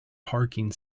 parking